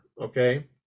okay